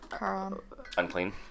unclean